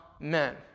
Amen